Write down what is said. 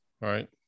right